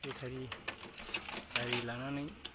बेटारि गारि लानानै